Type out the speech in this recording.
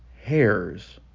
hairs